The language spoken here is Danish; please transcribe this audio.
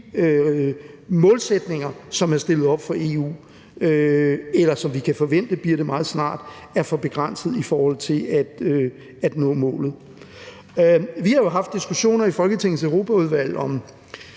målsætninger, som er stillet op for EU, eller som vi kan forvente bliver det meget snart, er for begrænsede i forhold til at nå målet. Vi har jo haft diskussioner i Folketingets Europaudvalg om,